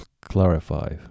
clarify